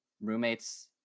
roommates